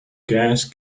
gas